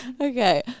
Okay